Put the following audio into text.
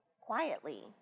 quietly